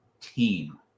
team